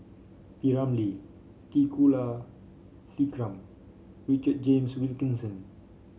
P Ramlee T Kulasekaram Richard James Wilkinson